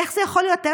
איך זה יכול להיות?